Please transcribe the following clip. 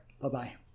Bye-bye